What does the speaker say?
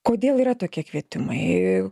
kodėl yra tokie kvietimai